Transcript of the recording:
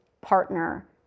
partner